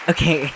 Okay